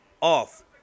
off